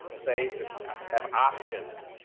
um safe and have options.